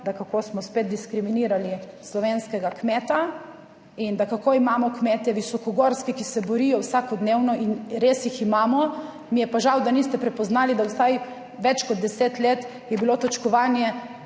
da kako smo spet diskriminirali slovenskega kmeta in da kako imamo kmete visokogorske, ki se borijo vsakodnevno in res jih imamo. Mi je pa žal, da niste prepoznali, da vsaj več kot 10 let je bilo točkovanje